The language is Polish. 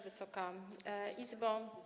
Wysoka Izbo!